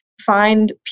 find